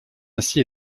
ainsi